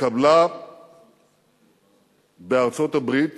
התקבלה בארצות-הברית